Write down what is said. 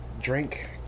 drink